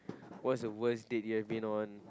what's the worst date you've been on